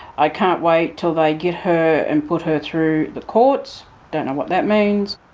i can't wait till they get her and put her through the courts. don't know what that means.